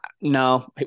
No